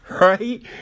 right